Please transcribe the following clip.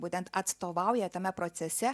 būtent atstovauja tame procese